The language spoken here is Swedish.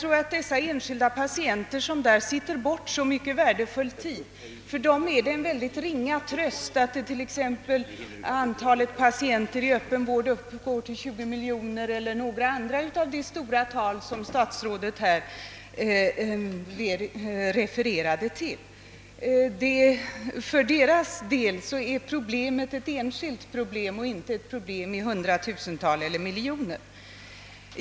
För de enskilda patienter som där sitter bort så mycken värdefull tid är det en mycket ringa tröst att t.ex. antalet patienter i den öppna vården uppgår till 20 miljoner, för att ta något av de stora tal som herr statsrådet här nämnde. Dessa människor betraktar det hela som ett enskilt problem, inte som ett problem för hundratusental eller miljoner.